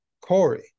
Corey